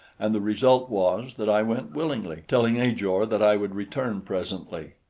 and the result was that i went willingly, telling ajor that i would return presently.